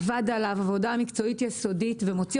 עבד עליו עבודה מקצועית יסודית ומוציא